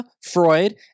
Freud